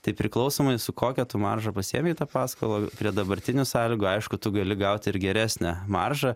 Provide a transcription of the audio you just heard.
tai priklausomai su kokia tu marža pasiėmei tą paskolą prie dabartinių sąlygų aišku tu gali gauti ir geresnę maržą